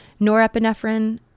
norepinephrine